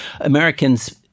Americans